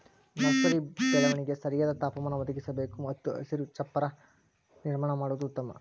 nursery ಬೆಳೆಗಳಿಗೆ ಸರಿಯಾದ ತಾಪಮಾನ ಒದಗಿಸಬೇಕು ಮತ್ತು ಹಸಿರು ಚಪ್ಪರ ನಿರ್ಮಾಣ ಮಾಡುದು ಉತ್ತಮ